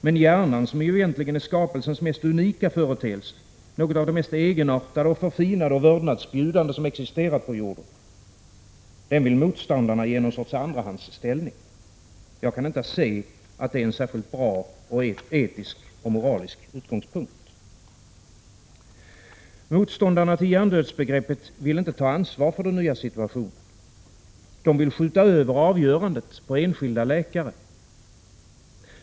Men hjärnan, som är skapelsens mest unika företeelse, något av det mest egenartade, förfinade och vördnadsbjudande som existerat på jorden — den vill motståndarna ge någon sorts andrahandsställning. Jag kan inte se att det är en särskilt bra etisk och moralisk utgångspunkt. Motståndarna till hjärndödsbegreppet vill inte ta ansvar för den nya situationen. De vill skjuta över avgörandet på enskilda läkare.